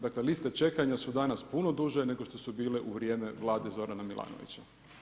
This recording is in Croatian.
Dakle, liste čekanja su danas puno duže nego što su bile u vrijeme Vlade Zoran Milanovića.